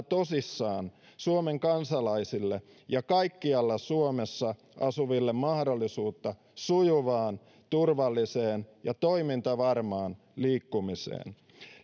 tosissaan suomen kansalaisille ja kaikkialla suomessa asuville mahdollisuutta sujuvaan turvalliseen ja toimintavarmaan liikkumiseen